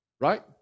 Right